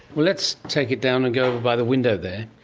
let's take it down and go over by the window there.